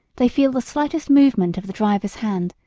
they feel the slightest movement of the driver's hand,